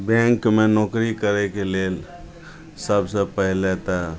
बैँकमे नोकरी करैके लेल सबसे पहिले तऽ